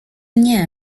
nie